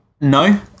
No